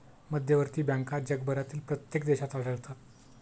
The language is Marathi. मध्यवर्ती बँका जगभरातील प्रत्येक देशात आढळतात